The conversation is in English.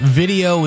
video